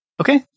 Okay